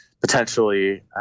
potentially